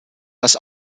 das